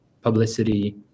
publicity